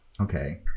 Okay